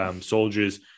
soldiers